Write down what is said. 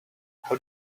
how